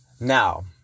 Now